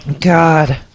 God